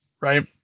right